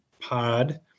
pod